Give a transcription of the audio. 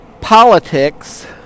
politics